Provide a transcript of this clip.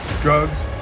Drugs